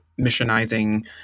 missionizing